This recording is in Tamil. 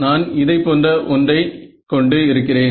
நான் இதை போன்ற ஒன்றை கொண்டு இருக்கிறேன்